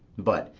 but,